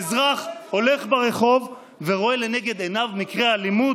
אזרח הולך ברחוב ורואה לנגד עיניו מקרה אלימות,